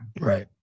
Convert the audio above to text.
Right